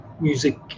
music